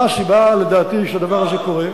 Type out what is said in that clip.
מה הסיבה, לדעתי, שהדבר הזה קורה?